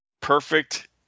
Perfect